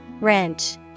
Wrench